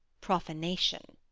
profanation.